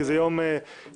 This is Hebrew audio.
כי זה יום היסטורי.